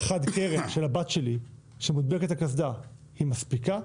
חד קרן של הבת שלי שמודבקת על הקסדה היא מספיקה?